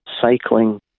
cycling